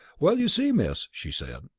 well, you see, miss, she said,